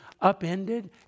upended